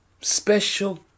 special